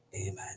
amen